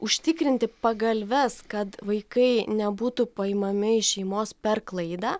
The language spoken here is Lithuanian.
užtikrinti pagalves kad vaikai nebūtų paimami iš šeimos per klaidą